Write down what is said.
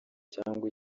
cyangwa